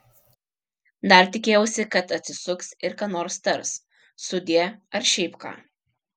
dar tikėjausi kad atsisuks ir ką nors tars sudie ar šiaip ką